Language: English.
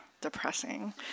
depressing